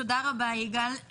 תודה רבה יגאל.